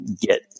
get